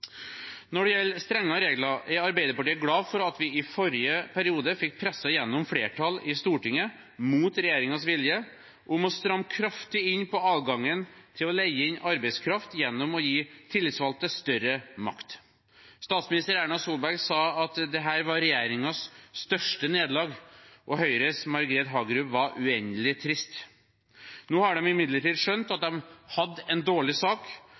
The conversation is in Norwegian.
Når det gjelder strengere regler, er Arbeiderpartiet glad for at vi i forrige periode fikk presset igjennom flertall i Stortinget mot regjeringens vilje for å stramme kraftig inn på adgangen til å leie inn arbeidskraft gjennom å gi tillitsvalgte større makt. Statsminister Erna Solberg sa at dette var regjeringens største nederlag, og Høyres Margret Hagerup var uendelig trist. Nå har de imidlertid skjønt at de hadde en dårlig sak